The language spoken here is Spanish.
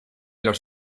los